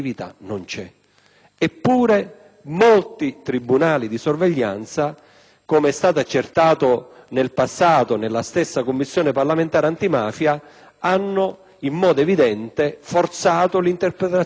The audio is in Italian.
Eppure molti di essi, come è stato accertato in passato nella stessa Commissione parlamentare antimafia, hanno in modo evidente forzato l'interpretazione della legge: